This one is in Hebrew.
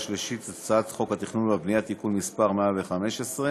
שלישית את הצעת חוק התכנון והבנייה (תיקון מס' 115),